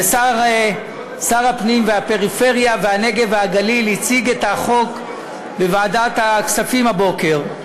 ושר הפנים והפריפריה והנגב והגליל הציג את החוק בוועדת הכספים הבוקר.